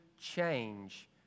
change